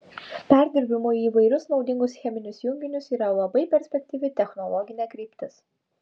perdirbimui į įvairius naudingus cheminius junginius yra labai perspektyvi technologinė kryptis